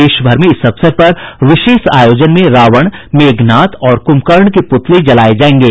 देश भर में इस अवसर पर विशेष आयोजन में रावण मेघनाद और कुम्भकर्ण के पुतले जलाए जायेंगे